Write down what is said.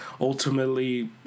Ultimately